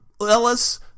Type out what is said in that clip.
Ellis